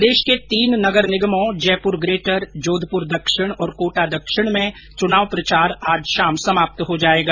प्रदेश के तीन नगर निगमों जयपुर ग्रेटर जोधपुर दक्षिण और कोटा दक्षिण में चुनाव प्रचार आज शाम समाप्त हो जाएगा